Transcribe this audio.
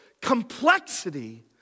complexity